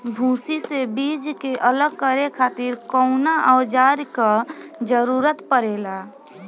भूसी से बीज के अलग करे खातिर कउना औजार क जरूरत पड़ेला?